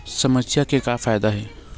समस्या के का फ़ायदा हे?